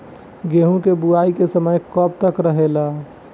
गेहूँ के बुवाई के समय कब तक रहेला?